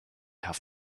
have